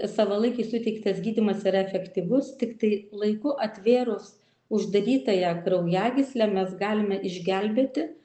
savalaikiai suteiktas gydymas yra efektyvus tiktai laiku atvėrus uždarytąją kraujagyslę mes galime išgelbėti